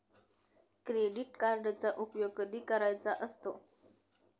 Credit कार्डचा उपयोग कधी करायचा असतो?